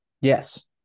Yes